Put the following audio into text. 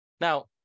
now